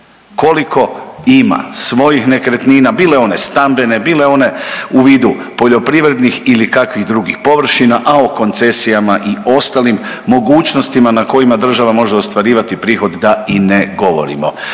koliko ima svojih nekretnina, bile one stambene, bile one u vidu poljoprivrednih ili kakvih drugih površina, a o koncesijama i ostalim mogućnostima na kojima država može ostvarivati prihod da i ne govorimo.